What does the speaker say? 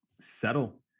settle